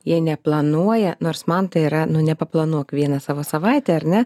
jie neplanuoja nors man tai yra nu nepaplanuok vieną savo savaitę ar ne